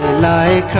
nine